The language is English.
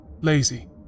lazy